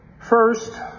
First